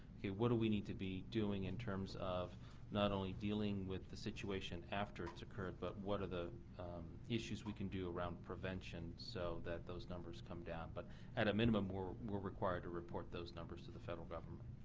what do we need to be doing in terms of not only dealing with the situation after it's occurred, but what are the issues we can do around prevention so that those numbers come down. but at a a minimum we are required to report those numbers to the federal government.